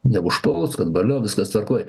neužpuls kad valio viskas tvarkoj